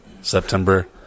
September